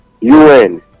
UN